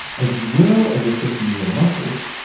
as well as affecting your muscles,